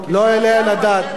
לא יעלה על הדעת,